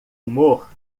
humor